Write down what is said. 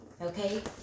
Okay